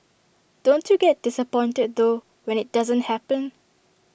don't you get disappointed though when IT doesn't happen